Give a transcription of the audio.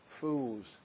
fools